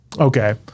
okay